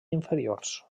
inferiors